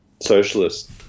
Socialist